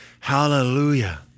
Hallelujah